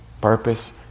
purpose